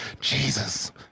Jesus